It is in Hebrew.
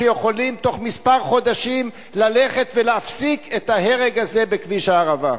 שיכולים תוך כמה חודשים ללכת ולהפסיק את ההרג הזה בכביש הערבה.